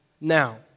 Now